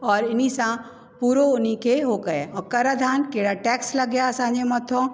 और इन सां पूरो उन खे उहो कयो और कर अधान कहिड़ा टैक्स लॻियां असांजे मथां